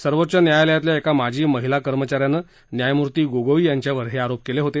सर्वोच्च न्यायालयातल्या एका माजी महिला कर्मचाऱ्यानं न्यायमूर्ती गोगोई यांच्यावर हे आरोप केले होते